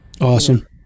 Awesome